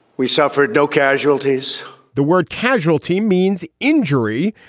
we suffered no casualties the word casualty means injury.